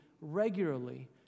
regularly